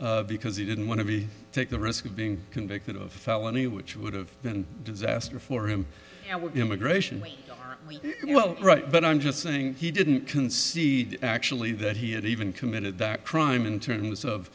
agreement because he didn't want to be take the risk of being convicted of felony which would have been disaster for him immigration well right but i'm just saying he didn't concede actually that he had even committed that crime in terms of